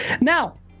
Now